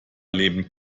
leben